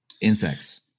insects